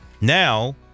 Now